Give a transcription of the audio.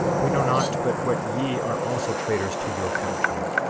we know not but what ye are also traitors to your country.